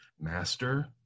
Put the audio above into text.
master